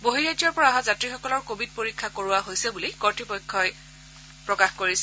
বহিঃৰাজ্যৰ পৰা অহা যাত্ৰীসকলৰ কভিড পৰীক্ষা কৰোৱা হৈছে বুলি কৰ্তৃপক্ষই প্ৰকাশ কৰিছে